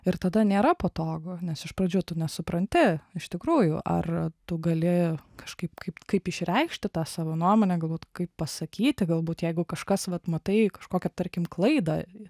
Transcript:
ir tada nėra patogu nes iš pradžių tu nesupranti iš tikrųjų ar tu gali kažkaip kaip kaip išreikšti tą savo nuomonę galbūt kaip pasakyti galbūt jeigu kažkas vat matai kažkokią tarkim klaidą